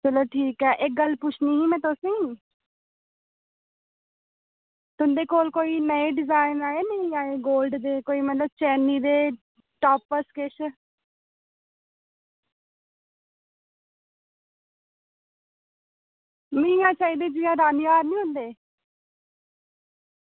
चलो ठीक ऐ इक्क गल्ल पुच्छनी ही में तुसें ई तुं'दे कोल कोई नमें डिजाईन आए जां नेईं आए गोल्ड दे कोई मतलब चेनी दे टॉप्स किश नेह् सेट जियां 'रानी हार निं होंदे